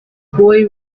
boy